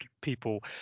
people